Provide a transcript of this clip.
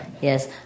Yes